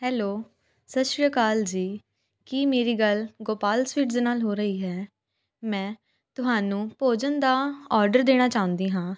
hello ਸਤਿ ਸ਼੍ਰੀ ਅਕਾਲ ਜੀ ਕੀ ਮੇਰੀ ਗੱਲ ਗੋਪਾਲ ਸਵੀਟਸ ਦੇ ਨਾਲ ਹੋ ਰਹੀ ਹੈ ਮੈਂ ਤੁਹਾਨੂੰ ਭੋਜਨ ਦਾ ਔਡਰ ਦੇਣਾ ਚਾਹੁੰਦੀ ਹਾਂ